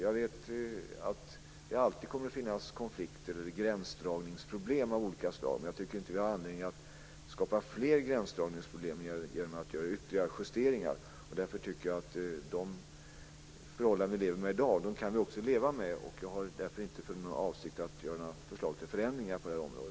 Jag vet att det alltid kommer att finnas konflikter eller gränsdragningsproblem av olika slag, men jag tycker inte att vi har anledning att skapa fler gränsdragningsproblem genom att göra ytterligare justeringar. Därför tycker jag att vi kan leva med de förhållanden vi lever med i dag. Jag har därför ingen avsikt att komma med förslag till förändringar på detta område.